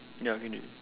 ya can already